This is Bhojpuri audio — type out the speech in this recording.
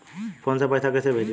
फोन से पैसा कैसे भेजी?